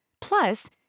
Plus